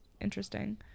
interesting